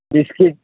biscuit